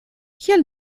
kial